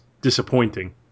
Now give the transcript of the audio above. disappointing